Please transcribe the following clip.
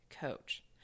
coach